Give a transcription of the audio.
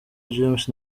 james